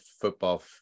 football